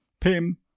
Pim